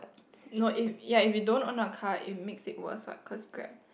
no if ya if you don't own a car it makes it worse what cause Grab